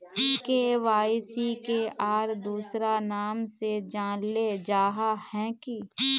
KYC के आर दोसरा नाम से जानले जाहा है की?